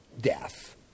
death